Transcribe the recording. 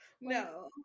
no